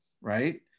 Right